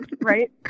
Right